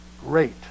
Great